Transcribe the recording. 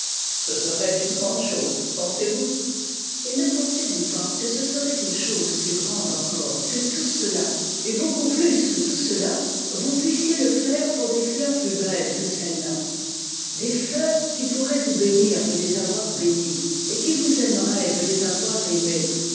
ce serait une grande chose pensez-vous et ne pensez-vous pas que ce serait une chose plus grande encore que tout cela et beaucoup plus que tout cela vous puissiez le faire pour des fleurs plus belles que celleslà des fleurs qui pourraient vous bénir de les avoir bénies et qui vous aimeraient de les avoir aimées